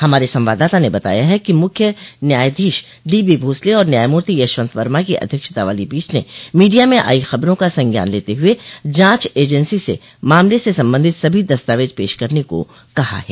हमारे संवाददाता ने बताया ह कि मुख्य न्यायाधीश डीबी भोसले आर न्यायमूर्ति यशवंत वर्मा की अध्यक्षता वाली पीठ ने मीडिया में आई खबरों का संज्ञान लेते हुए जांच एंजेंसी से मामले से संबंधित सभी दस्तावेज पेश करने को कहा है